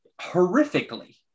horrifically